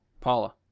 paula